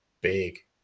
big